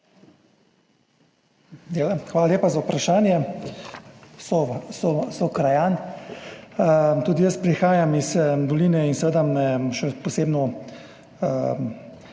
Hvala lepa za vprašanje, sokrajan. Tudi jaz prihajam iz Doline in seveda me še posebno